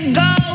go